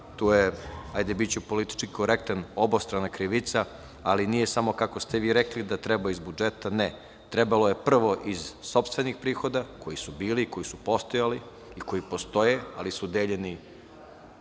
tu kriva, biću politički korektan, to je više obostrana krivica, ali nije samo kako ste vi rekli da treba iz budžeta. Ne, trebalo je prvo iz sopstvenih prihoda, koji su bili, koji su postojali i koji postoje, ali su deljeni